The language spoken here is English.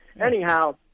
anyhow